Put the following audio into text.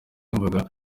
yumvaga